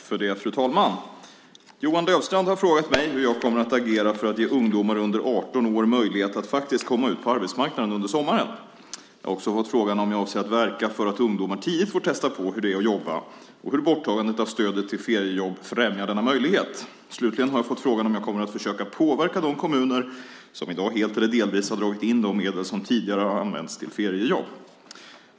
Fru talman! Johan Löfstrand har frågat mig hur jag kommer att agera för att ge ungdomar under 18 år möjlighet att faktiskt komma ut på arbetsmarknaden under sommaren. Jag har också fått frågan om jag avser att verka för att ungdomar tidigt får testa på hur det är att jobba och hur borttagandet av stödet till feriejobb främjar denna möjlighet. Slutligen har jag fått frågan om jag kommer att försöka påverka de kommuner som i dag helt eller delvis har dragit in de medel som tidigare har använts till feriejobb.